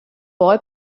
boy